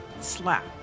slap